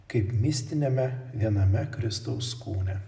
kaip mistiniame viename kristaus kūne